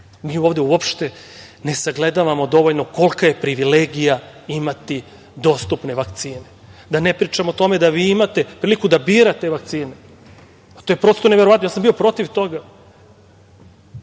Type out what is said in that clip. ovde uopšte ne sagledavamo dovoljno kolika je privilegija imati dostupne vakcine. Da ne pričam o tome da vi imate priliku da birate vakcine. Pa, to je, prosto, neverovatno. Ja sam bio protiv toga.